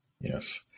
Yes